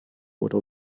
oder